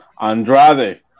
Andrade